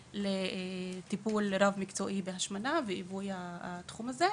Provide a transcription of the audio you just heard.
לטיפול רב מקצועי בהשמנה ולביטחון תזונתי.